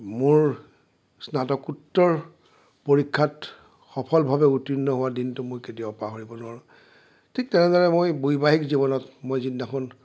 মোৰ স্নাতকোত্তৰ পৰীক্ষাত সফলভাৱে উত্তীৰ্ণ হোৱা দিনটো মই কেতিয়াও পাহৰিব নোৱাৰোঁ ঠিক তেনেদৰে মই বৈবাহিক জীৱনত মই যিদিনাখন